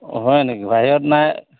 হয় নেকি বাহিৰত নাই